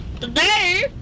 today